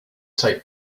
tape